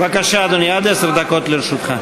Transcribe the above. בבקשה, אדוני, עד עשר דקות לרשותך.